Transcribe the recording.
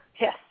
Yes